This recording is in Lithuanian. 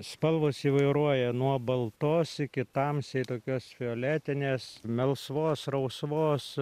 spalvos įvairuoja nuo baltos iki tamsiai tokios violetinės melsvos rausvos